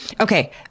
Okay